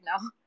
now